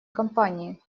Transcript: кампании